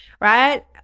Right